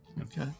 Okay